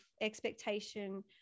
expectation